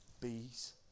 Bees